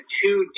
two